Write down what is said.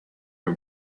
and